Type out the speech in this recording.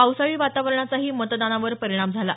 पावसाळी वातावरणाचाही मतदानावर परिणाम झाला